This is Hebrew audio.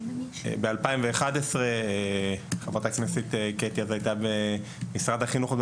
בשנת 2011, חברת הכנסת קטי הייתה במשרד החינוך.